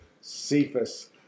cephas